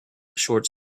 short